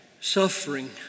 suffering